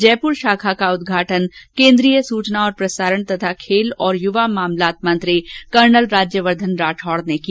जयपुर शाखा का उद्घाटन केन्द्रीय सूचना और प्रसारण तथा खेल और युवा मामलात मंत्री कर्नल राज्यवर्द्वन राठौड़ ने किया